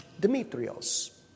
Dimitrios